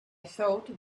thought